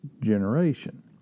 generation